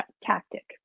tactic